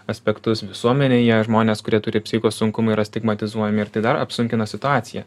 aspektus visuomenėje žmonės kurie turi psichikos sunkumų yra stigmatizuojami ir tai dar apsunkina situaciją